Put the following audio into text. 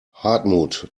hartmut